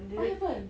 what happened